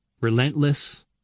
relentless